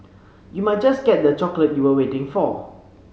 you might just get the chocolate you were waiting for